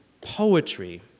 poetry